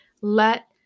Let